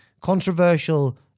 controversial